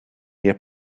near